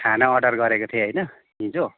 खाना अर्डर गरेको थिएँ होइन हिजो